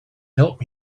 help